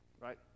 Right